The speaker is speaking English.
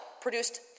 produced